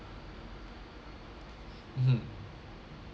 mmhmm